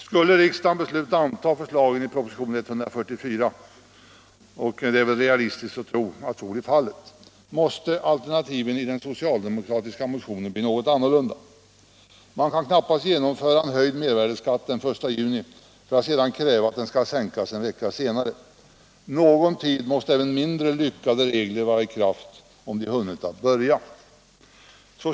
Skulle riksdagen besluta anta förslaget i propositionen 144 — och det är väl realistiskt att tro att så blir fallet — måste alternativen i den socialdemokratiska motionen bli något annorlunda. Man kan knappast genomföra en höjd mervärdeskatt den 1 juni för att sedan kräva att den skall sänkas en vecka senare. Någon tid måste även mindre lyckade regler vara i kraft, om de hunnit att börja tillämpas.